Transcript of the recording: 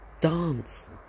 Dance